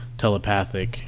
telepathic